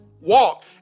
walk